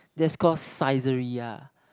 that's call Saizeriya